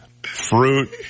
Fruit